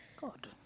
God